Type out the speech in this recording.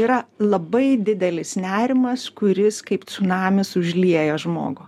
yra labai didelis nerimas kuris kaip cunamis užlieja žmogų